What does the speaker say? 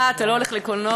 אה, אתה לא הולך לקולנוע.